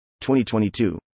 2022